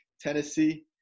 Tennessee